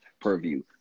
purview